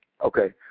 Okay